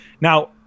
Now –